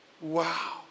Wow